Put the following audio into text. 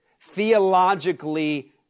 theologically